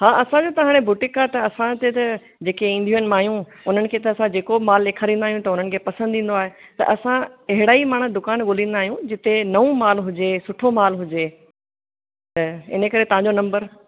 हा असांजो त हाणे बुटीक आहे त असां हिते त जेके ईंदियूं आहिनि मायूं उन्हनि खे त असां जेको बि माल ॾेखारींदा आहियूं त हुननि खे पसंदि ईंदो आहे त असां अहिड़ा ई माण्हू दुकान ॻोल्हींदा आहियूं जिते नओं माल हुजे सुठो माल हुजे त इन करे तव्हांजो नम्बर